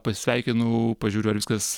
pasisveikinu pažiūriu ar viskas